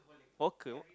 hawker